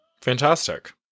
Fantastic